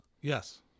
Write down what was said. Yes